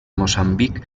moçambic